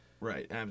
Right